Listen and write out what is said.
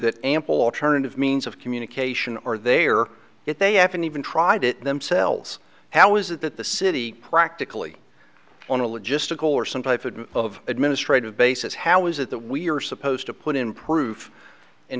the ample alternative means of communication or they are if they haven't even tried it themselves how is that the city practically on a logistical or some type of administrative basis how is it that we are supposed to put in proof in